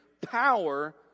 power